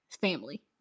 family